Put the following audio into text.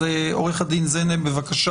עו"ד זנה, בבקשה